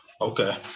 Okay